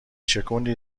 شکوندی